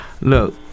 Look